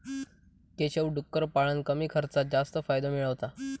केशव डुक्कर पाळान कमी खर्चात जास्त फायदो मिळयता